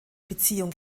beziehung